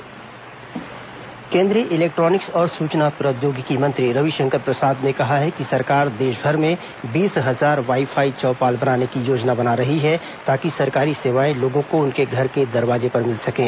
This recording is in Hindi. वाई फाई सुविधा केंद्रीय इलेक्ट्रॉनिक्स और सूचना प्रौद्योगिकी मंत्री रविशंकर प्रसाद ने कहा है कि सरकार देशभर में बीस हजार वाई फाई चौपाल बनाने की योजना बना रही है ताकि सरकारी सेवाएं लोगों को उनके घर के दरवाजे पर मिल सकें